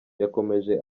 yakomeje